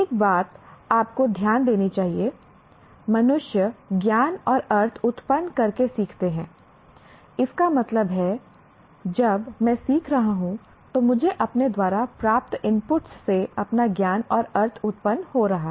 एक बात आपको ध्यान देनी चाहिए मनुष्य ज्ञान और अर्थ उत्पन्न करके सीखते हैं इसका मतलब है जब मैं सीख रहा हूं तो मुझे अपने द्वारा प्राप्त इनपुट्स से अपना ज्ञान और अर्थ उत्पन्न हो रहा है